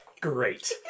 great